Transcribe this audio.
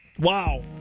wow